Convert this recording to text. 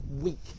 weak